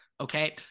okay